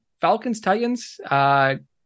Falcons-Titans